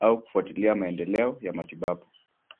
au kufuatilia maendeleo ya matibabu.